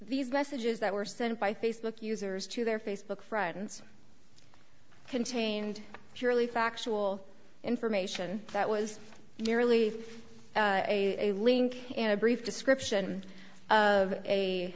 these messages that were sent by facebook users to their facebook friends contained purely factual information that was merely a link and a brief description of a